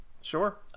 Sure